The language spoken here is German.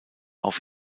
auf